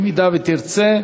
אם תרצה.